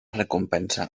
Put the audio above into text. recompensa